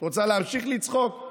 את רוצה להמשיך לצחוק?